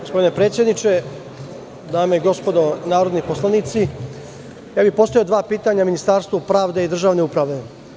Gospodine predsedniče, dame i gospodo narodni poslanici, postavio bih dva pitanja Ministarstvu pravde i državne uprave.